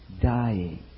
Dying